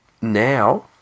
Now